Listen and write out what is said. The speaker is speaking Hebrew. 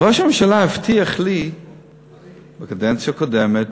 ראש הממשלה הבטיח לי בקדנציה הקודמת